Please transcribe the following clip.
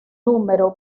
número